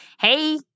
Hey